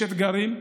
יש אתגרים?